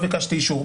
לא ביקשתי אישור,